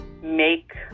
make